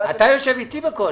מבחינתנו הנושא מיצה את עצמו,